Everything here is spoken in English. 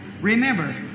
Remember